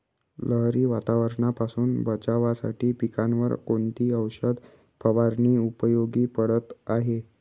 लहरी वातावरणापासून बचावासाठी पिकांवर कोणती औषध फवारणी उपयोगी पडत आहे?